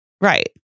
Right